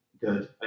good